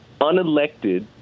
unelected